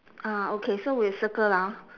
ah okay so we'll circle lah